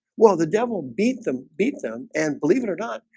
well, the devil beat them beat them and believe it or not.